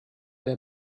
der